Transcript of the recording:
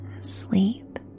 sleep